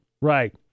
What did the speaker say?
right